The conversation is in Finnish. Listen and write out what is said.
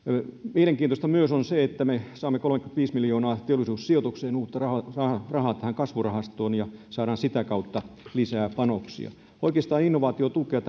mielenkiintoista on myös se että me saamme kolmekymmentäviisi miljoonaa teollisuussijoitukseen uutta rahaa tähän kasvurahastoon ja saamme sitä kautta lisää panoksia oikeastaan innovaatiotukea